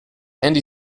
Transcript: andy